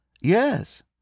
Yes